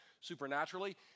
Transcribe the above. supernaturally